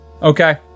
Okay